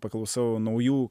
paklausau naujų